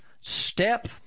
step